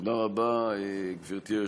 תודה רבה, גברתי היושבת-ראש,